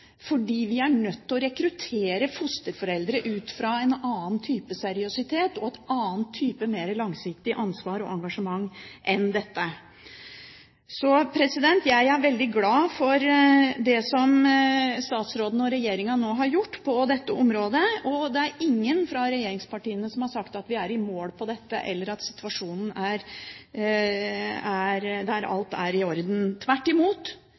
vi er nødt til å rekruttere fosterforeldre ut fra en annen type seriøsitet og en annen type mer langsiktig ansvar og engasjement enn dette. Jeg er veldig glad for det som statsråden og regjeringen nå har gjort på dette området. Det er ingen fra regjeringspartiene som har sagt at vi er i mål på dette, eller at situasjonen er slik at alt er i orden. Tvert imot